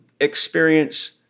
experience